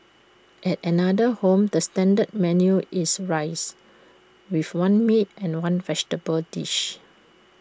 at another home the standard menu is rice with one meat and one vegetable dish